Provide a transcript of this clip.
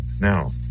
now